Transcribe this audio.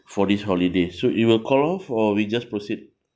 for this holiday so it will call off or we just proceed